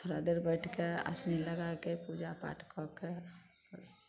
थोड़ा देर बैठके आसनी लगाके पूजा पाठ कऽके बस